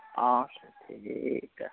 অঁ